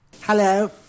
Hello